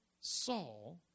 Saul